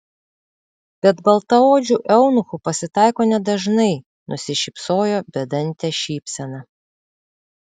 bet baltaodžių eunuchų pasitaiko nedažnai nusišypsojo bedante šypsena